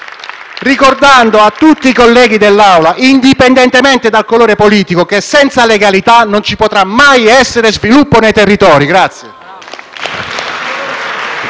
ricordando a tutti i colleghi dell'Assemblea, indipendentemente dal colore politico, che senza legalità non ci potrà mai essere sviluppo nei territori.